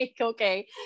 Okay